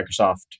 Microsoft